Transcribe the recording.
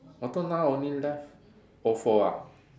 I thought now only left Ofo ah